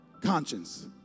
Conscience